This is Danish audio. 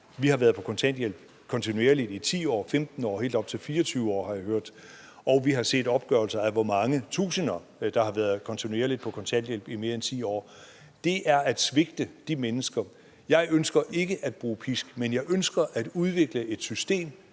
Vi har været på kontanthjælp kontinuerligt i 10 år, 15 år – helt op til 24 år har jeg hørt. Og vi har set opgørelser over, hvor mange tusinder der har været kontinuerligt på kontanthjælp i mere end 10 år. Det er at svigte de mennesker. Jeg ønsker ikke at bruge pisk, men jeg ønsker at udvikle et system,